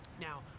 Now